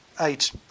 eight